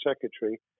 secretary